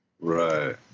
Right